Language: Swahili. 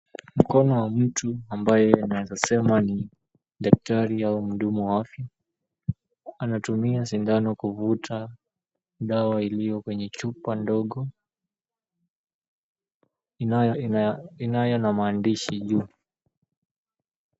Mkono wa mtu ambaye naweza sema ni daktari au mdumu wa afya anatumia sindano kuvuta dawa iliyo kwenye chupa ndogo inayo na maandishi juu.